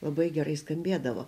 labai gerai skambėdavo